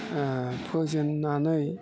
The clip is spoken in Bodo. फोजेननानै